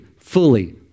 fully